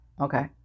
Okay